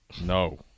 No